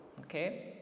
okay